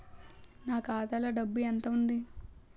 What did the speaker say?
నా ఖాతాలో డబ్బు ఎంత ఉంది?